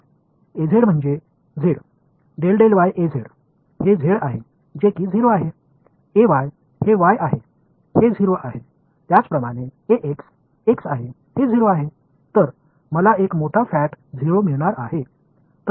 तर A z म्हणजे z हे z आहे जे कि 0 आहे A y हे y आहे हे 0 आहे त्याचप्रमाणे A x x आहे हे 0 आहे तर मला एक मोठा फॅट 0 मिळणार आहे